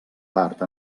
part